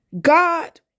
God